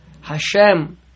Hashem